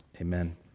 amen